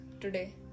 today